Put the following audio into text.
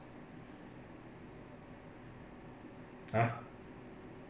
!huh!